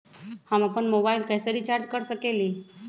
हम अपन मोबाइल कैसे रिचार्ज कर सकेली?